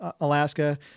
Alaska